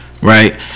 Right